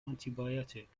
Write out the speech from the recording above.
antibiotics